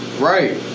Right